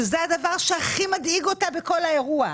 אמרה שזה הדבר שהכי מדאיג אותה בכל האירוע,